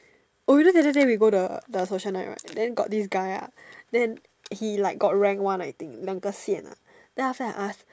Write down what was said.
oh you know the other day we go the the social night what then got this guy ah then he like got rank one I think 两个线 ah then after that I ask